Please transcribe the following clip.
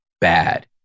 bad